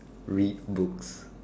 read books